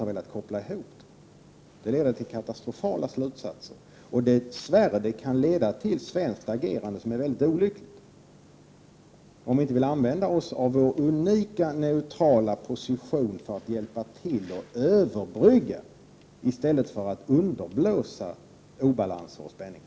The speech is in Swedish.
Det leder till katastrofala slutsatser, och det kan dess värre leda till ett svenskt agerande som är mycket olyckligt, om vi inte vill använda oss av vår unika neutrala position för att hjälpa till att överbrygga i stället för att underblåsa obalanser och spänningar.